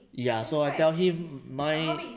ya so I tell him mine